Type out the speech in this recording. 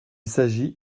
s’agit